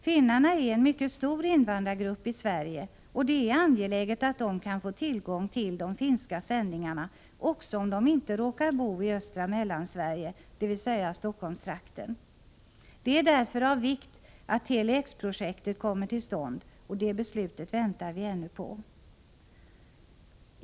Finnarna är en mycket stor invandrargrupp i Sverige, och det är angeläget att de kan få tillgång till de finska sändningarna, också om de inte råkar bo i östra Mellansverige, dvs. Stockholmstrakten. Det är därför av vikt att Tele-X-projektet kommer till stånd. Och det beslutet väntar vi ännu på.